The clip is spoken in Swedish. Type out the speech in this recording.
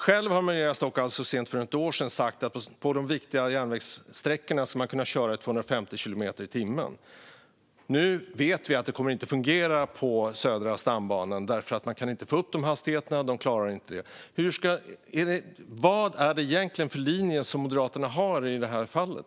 Själv sa Maria Stockhaus så sent som för ett år sedan att man på de viktiga järnvägssträckorna ska kunna köra i 250 kilometer i timmen. Nu vet vi att det inte kommer att fungera på Södra stambanan; man klarar inte de hastigheterna. Vad är det egentligen för linje som Moderaterna har i det här fallet?